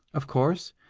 of course,